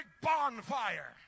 bonfire